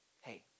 hey